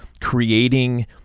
creating